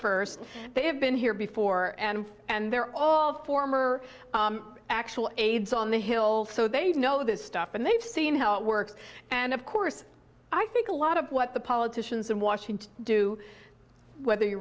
first they have been here before and and they're all former actual aides on the hill so they know this stuff and they've seen how it works and of course i think a lot of what the politicians in washington do whether you